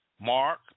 Mark